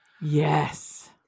Yes